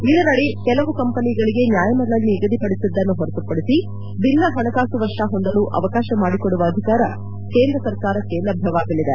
ಇದರಡಿ ಕೆಲವು ಕಂಪನಿಗಳಿಗೆ ನ್ಯಾಯಮಂಡಳಿ ನಿಗದಿಪಡಿಸಿದ್ದನ್ನು ಹೊರತುಪಡಿಸಿ ಭಿನ್ನ ಹಣಕಾಸು ವರ್ಷ ಹೊಂದಲು ಅವಕಾಶ ಮಾಡಿಕೊಡುವ ಅಧಿಕಾರ ಕೇಂದ್ರ ಸರಕಾರಕ್ಕೆ ಲಭ್ಯವಾಗಲಿದೆ